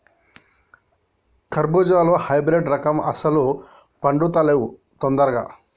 కర్బుజాలో హైబ్రిడ్ రకం అస్సలు పండుతలేవు దొందరగా